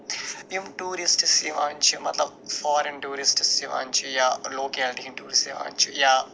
یِم ٹوٗرسٹٕس یِوان چھِ مطلب فارِن ٹوٗرسٹٕس یِوان چھِ یا لوکیلٹی ہِنٛدۍ ٹوٗرِس یِوان چھِ یا